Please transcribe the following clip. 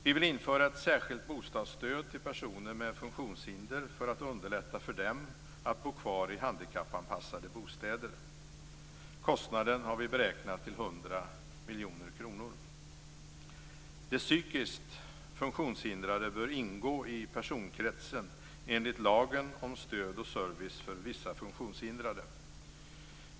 Vi vill införa ett särskilt bostadsstöd till personer med funktionshinder för att underlätta för dem att bo kvar i handikappanpassade bostäder. Kostnaden har vi beräknat till 100 miljoner kronor. De psykiskt funktionshindrade bör enligt lagen om stöd och service för vissa funktionshindrade ingå i personkretsen.